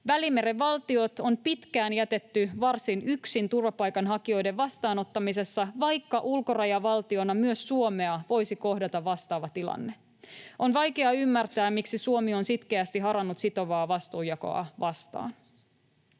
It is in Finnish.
Välimeren valtiot on pitkään jätetty varsin yksin turvapaikanhakijoiden vastaanottamisessa, vaikka ulkorajavaltiona myös Suomea voisi kohdata vastaava tilanne. On vaikea ymmärtää, miksi Suomi on sitkeästi harannut sitovaa vastuunjakoa vastaan.